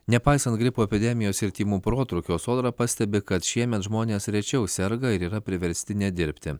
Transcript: nepaisant gripo epidemijos ir tymų protrūkio sodra pastebi kad šiemet žmonės rečiau serga ir yra priversti nedirbti